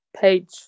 page